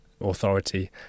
authority